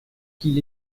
qu’il